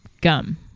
gum